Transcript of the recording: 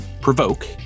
provoke